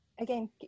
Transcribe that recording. again